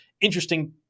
interesting